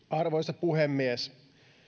arvoisa puhemies